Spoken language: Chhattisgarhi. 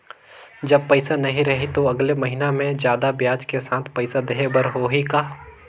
जब पइसा नहीं रही तो अगले महीना मे जादा ब्याज के साथ पइसा देहे बर होहि का?